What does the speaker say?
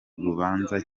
rubanza